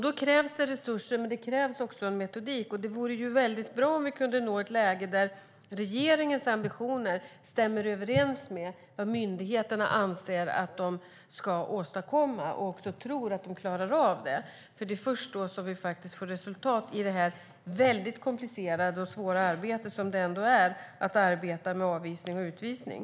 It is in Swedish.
Då krävs det resurser och en metodik, och det vore bra om vi kunde nå ett läge där regeringens ambitioner stämmer överens med vad myndigheterna anser att de ska åstadkomma och tror att de klarar av. Det är först då vi får resultat i det komplicerade och svåra arbetet med avvisning och utvisning.